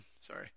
sorry